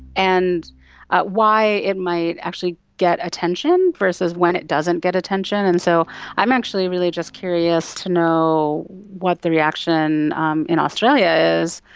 and why it might actually get attention versus when it doesn't get attention, and so i'm actually really just really curious to know what the reaction um in australia is.